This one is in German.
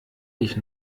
ich